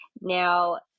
Now